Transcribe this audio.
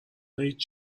هیچ